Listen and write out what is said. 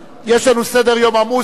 יש לנו סדר-יום עמוס,